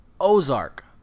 Ozark